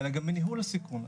אלא גם לניהול הסיכון,